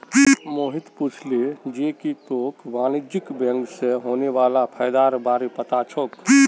मोहित पूछले जे की तोक वाणिज्यिक बैंक स होने वाला फयदार बार पता छोक